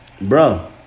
bro